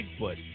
Bigfoot